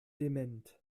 dement